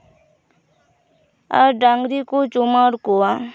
ᱟᱨ ᱰᱟᱝᱨᱤ ᱠᱚ ᱪᱩᱢᱟᱹᱲᱟ ᱠᱚᱣᱟ